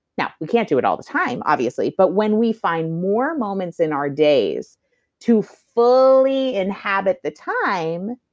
now, we can't do it all the time, obviously. but when we find more moments in our days to fully inhabit the time,